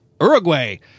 Uruguay